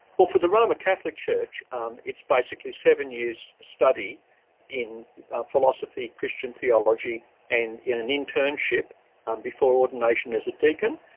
well, for the roman catholic church um it's basically seven years study in philosophy, christian theology and in an internship um before ordination as a deacon.